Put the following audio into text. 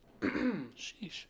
Sheesh